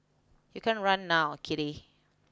you can't run now Kitty